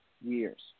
years